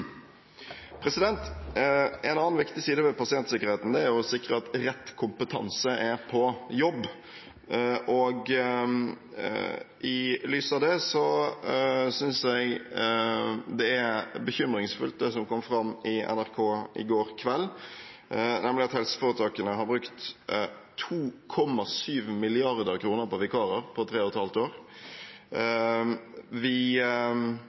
En annen viktig side ved pasientsikkerheten er å sikre at rett kompetanse er på jobb. I lys av det synes jeg det som kom fram i NRK i går kveld, er bekymringsfullt, nemlig at helseforetakene har brukt 2,7 mrd. kr på vikarer på tre og et halvt år. Vi